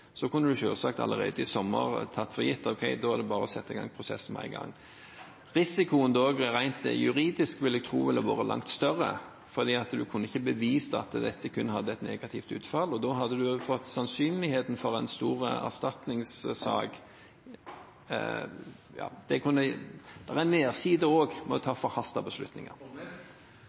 kunne en selvsagt allerede i sommer ha tatt for gitt at det bare var å sette i gang prosessen med en gang. Rent juridisk ville da risikoen ha vært langt større, vil jeg tro, for en kunne ikke bevist at dette kun ville hatt et negativt utfall. Da hadde sannsynligheten for en stor erstatningssak vært der – det er nedsider også med å ta forhastede beslutninger.